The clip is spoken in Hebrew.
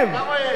כמה יש?